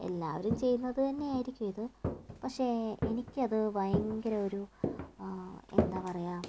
എല്ലാവരും ചെയ്യുന്നതന്നെയായിരിക്കും ഇത് പക്ഷെ എനിക്കത് ഭയങ്കര ഒരു എന്താ പറയുക